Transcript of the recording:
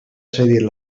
cedir